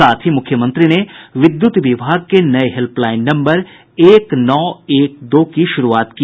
साथ ही मुख्यमंत्री ने विद्युत विभाग के नये हेल्पलाइन नम्बर एक नौ एक दो की शुरूआत की